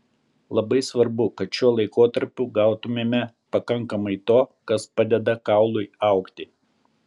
labai svarbu kad šiuo laikotarpiu gautumėme pakankamai to kas padeda kaului augti